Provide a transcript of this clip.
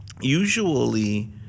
Usually